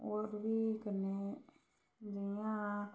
होर बी कन्नै जियां